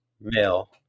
male